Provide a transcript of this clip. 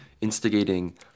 instigating